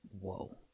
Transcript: whoa